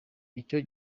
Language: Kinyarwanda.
icyo